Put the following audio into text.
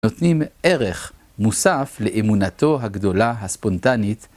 נותנים ערך מוסף לאמונתו הגדולה הספונטנית